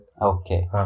Okay